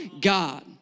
God